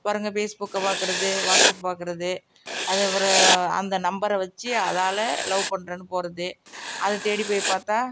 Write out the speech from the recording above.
பாருங்க பேஸ் புக்கை பார்க்கறது வாட்ஸ்ஆப் பார்க்கறது அதை ஒரு அந்த நம்பரை வெச்சு அதால் லவ் பண்ணுறேன்னு போவது அதை தேடி போய் பார்த்தா